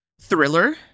thriller